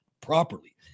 properly